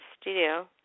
studio